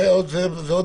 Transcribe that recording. זה עוד דבר.